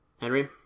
Henry